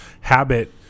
habit